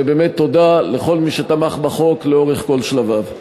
ובאמת תודה לכל מי שתמך בחוק לאורך כל שלביו.